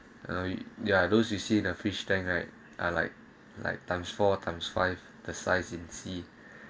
ah ya those you see the fish tanks right or like like times four times five the size in see